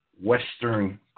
Western